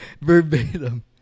Verbatim